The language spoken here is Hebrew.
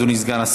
אדוני היושב-ראש,